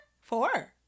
Four